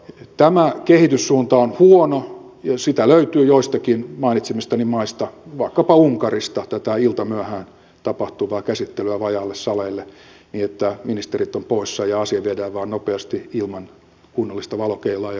tämä kehityssuunta on huono ja sitä löytyy joistakin mainitsemistani maista vaikkapa unkarista tätä iltamyöhään tapahtuvaa käsittelyä vajaille saleille niin että ministerit ovat poissa ja asia viedään vain nopeasti ilman kunnollista valokeilaa ja kunnollista tarkastelua